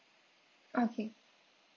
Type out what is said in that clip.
okay